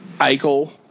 Eichel